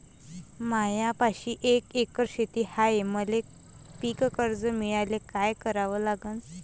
मायापाशी एक एकर शेत हाये, मले पीककर्ज मिळायले काय करावं लागन?